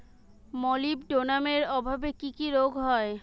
মলিবডোনামের অভাবে কি কি রোগ হয়?